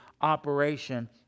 operation